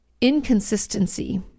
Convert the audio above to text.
inconsistency